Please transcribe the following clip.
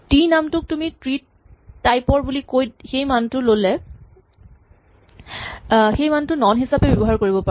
T নাম টোক তুমি ট্ৰী টাইপ ৰ বুলি কৈ সেই মানটো নন হিচাপে ব্যৱহাৰ কৰিব পাৰা